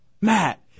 Matt